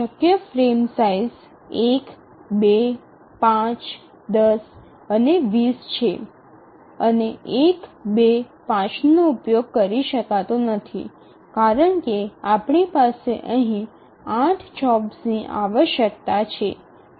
શક્ય frame size ૧ ૨ ૫ ૧0 અને ૨0 છે અને ૧ ૨ ૫ નો ઉપયોગ કરી શકાતો નથી કારણ કે આપણી પાસે અહીં 8 જોબ્સની આવશ્યકતા છે